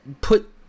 put